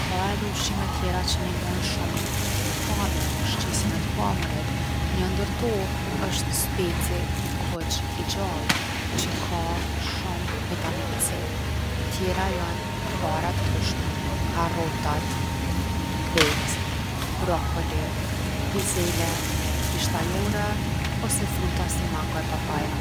Ka edhe ushqime tjera që nimojn n’pamje, n’shqisën e t’pamunit. Njo ndër to osht speci i kuq i gjallë që ka shumë vitamin C. Tjera jon fara t’ndryshme, karrotat, vetë, brokoli, bizele, bishtajore, ose fruta si mango e papaja.